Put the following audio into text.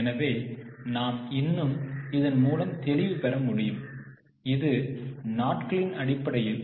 எனவே நாம் இன்னும் இதன் மூலம் தெளிவு பெற முடியும் இது நாட்களின் அடிப்படையில்